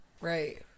Right